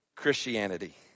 Christianity